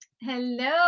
Hello